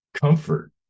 comfort